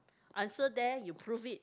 answer there you prove it